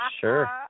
Sure